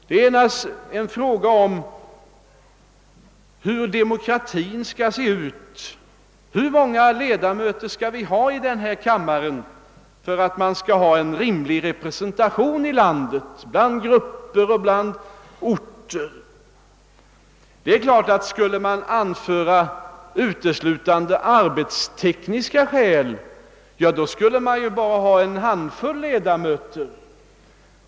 Den gäller hur demokratin skall se ut, hur många ledamöter vi skall ha i kammaren för att representationen från olika grupper och orter ute i landet skall vara rimlig. Om man uteslutande anför arbetstekniska skäl, kunde vi ju ha bara en handfull ledamöter.